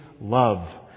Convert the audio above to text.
love